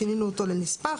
שינינו אותו ל-"נספח".